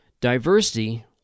Diversity